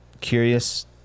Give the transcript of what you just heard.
curious